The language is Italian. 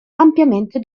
ampiamente